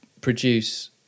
produce